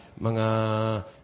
mga